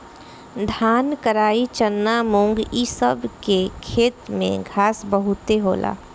धान, कराई, चना, मुंग इ सब के खेत में घास बहुते होला